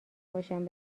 باشند